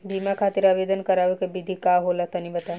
बीमा खातिर आवेदन करावे के विधि का होला तनि बताईं?